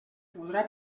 podrà